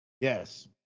Yes